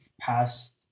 past